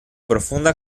profunda